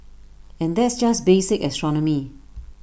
and that's just basic astronomy